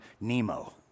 Nemo